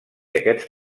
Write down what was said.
aquests